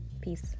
Peace